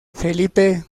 felipe